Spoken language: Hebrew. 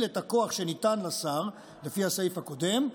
את הכוח שניתן לשר לפי הסעיף הקודם.